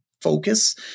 focus